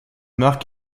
marque